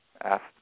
asked